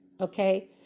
okay